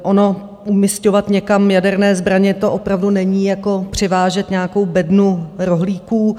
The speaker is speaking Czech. Ono umisťovat někam jaderné zbraně, to opravdu není jako převážet nějakou bednu rohlíků.